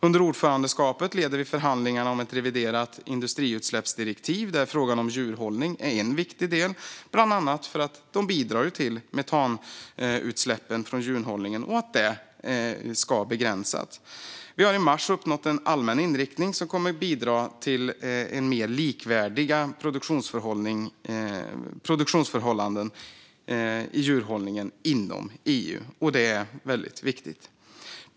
Under ordförandeskapet leder vi förhandlingarna om ett reviderat industriutsläppsdirektiv, där frågan om djurhållningen är en viktig del bland annat därför att den bidrar till metanutsläpp, som ska begränsas. I mars uppnådde vi en allmän inriktning som kommer att bidra till mer likvärdiga produktionsförhållanden i djurhållningen inom EU, vilket är viktigt.